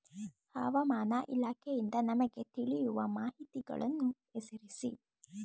ಹವಾಮಾನ ಇಲಾಖೆಯಿಂದ ನಮಗೆ ತಿಳಿಯುವ ಮಾಹಿತಿಗಳನ್ನು ಹೆಸರಿಸಿ?